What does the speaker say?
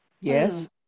Yes